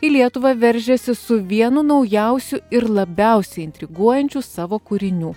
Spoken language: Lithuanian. į lietuvą veržiasi su vienu naujausiu ir labiausiai intriguojančiu savo kūrinių